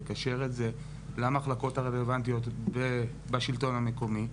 לקשר את זה למחלקות הרלוונטיות בשלטון המקומי,